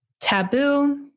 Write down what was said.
taboo